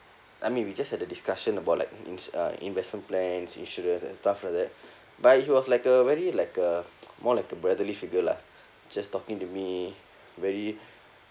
I mean we just had a discussion about like in~ uh investment plans insurance and stuff like that but he was like a very like a more like a brotherly figure lah just talking to me very